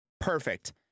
Perfect